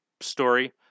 story